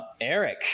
Eric